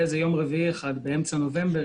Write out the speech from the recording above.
ביום רביעי אחד באמצע נובמבר,